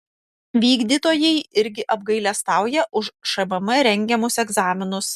vykdytojai irgi apgailestauja už šmm rengiamus egzaminus